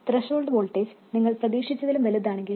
threshold voltage നിങ്ങൾ പ്രതീക്ഷിച്ചതിലും വലുതാണെങ്കിൽ